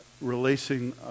releasing